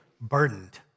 burdened